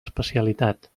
especialitat